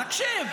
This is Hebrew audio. תקשיב.